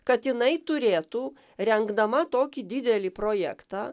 kad jinai turėtų rengdama tokį didelį projektą